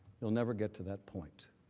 will never get to that point.